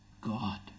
God